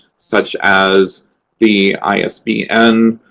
such as the isbn,